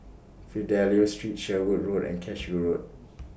Fidelio Street Sherwood Road and Cashew Road